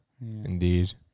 Indeed